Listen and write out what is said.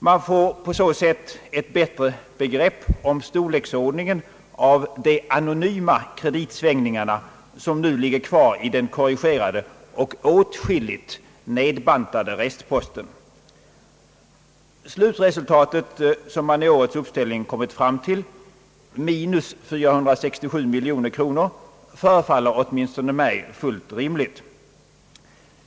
Man får på så sätt ett bättre begrepp om storleksordningen av de anonyma kreditsvängningarna, som nu ligger kvar i den kor Slutresultatet, som man i årets uppställning kommit fram till, minus 467 miljoner kronor, förefaller åtminstone mig fullt rimligt.